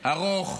ארוך,